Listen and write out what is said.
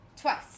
Twice